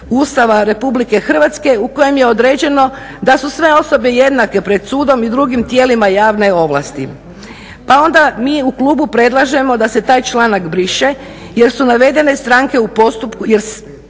Ustava RH u kojem je određeno da su sve osobe jednake pred sudom i drugim tijelima javne ovlasti. Pa onda mi u klubu predlažemo da se taj članak briše jer navedene stranke u postupku